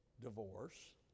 divorce